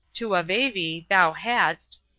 tu avevi, thou hadst,